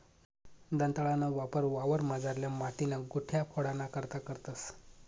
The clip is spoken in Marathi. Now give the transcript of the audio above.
दंताळाना वापर वावरमझारल्या मातीन्या गुठया फोडाना करता करतंस